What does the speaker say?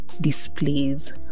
displays